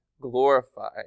glorify